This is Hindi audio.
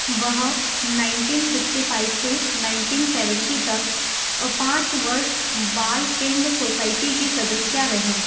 वह नाइनटीन सिक्सटी फाइव से नाइनटीन सेवन्टी तक पाँच वर्ष बाल फिल्म सोसायटी की सदस्या रहीं